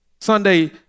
Sunday